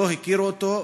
לא הכירו אותו,